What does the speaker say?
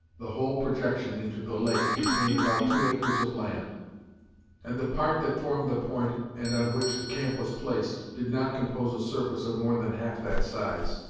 the whole projection into the lake contained about two acres of land and the part that formed the point, and on which the camp was placed, did not compose a surface of more than half that size.